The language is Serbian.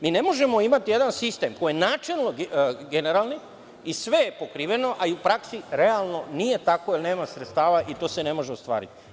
Mi ne možemo imati jedan sistem koji je načelno generalni, sve je pokriveno, a u praksi, realno nije tako, jer nema sredstava i to se ne može ostvariti.